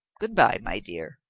good-by, my dear.